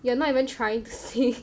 you are not even trying to sing